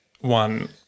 one